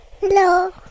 Hello